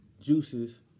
juices